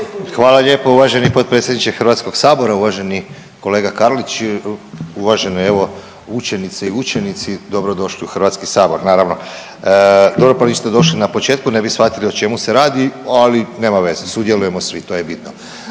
Hvala lijepo uvaženi potpredsjedniče HS, uvaženi kolega Karlić i uvažene evo učenice i učenici, dobro došli u HS naravno. Dobro pa niste došli na početku, ne bi shvatili o čemu se radi, ali nema veze, sudjelujemo svi, to je bitno.